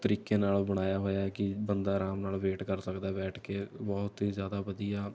ਤਰੀਕੇ ਨਾਲ ਬਣਾਇਆ ਹੋਇਆ ਕਿ ਬੰਦਾ ਆਰਾਮ ਨਾਲ ਵੇਟ ਕਰ ਸਕਦਾ ਬੈਠ ਕੇ ਬਹੁਤ ਹੀ ਜ਼ਿਆਦਾ ਵਧੀਆ